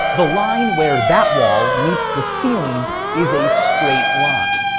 the line where that wall meets the ceiling is a straight line.